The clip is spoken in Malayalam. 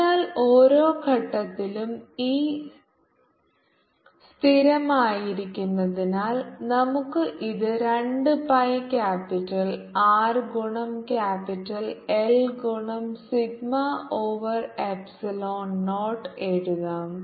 അതിനാൽ ഓരോ ഘട്ടത്തിലും E സ്ഥിരമായിരിക്കുന്നതിനാൽ നമുക്ക് ഇത് 2 pi ക്യാപിറ്റൽ R ഗുണം ക്യാപിറ്റൽ L ഗുണം സിഗ്മ ഓവർ എപ്സിലോൺ നോട്ട് എഴുതാം